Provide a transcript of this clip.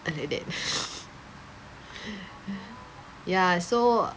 uh like that ya so